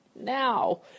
now